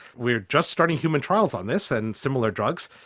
we are just starting human trials on this and similar drugs.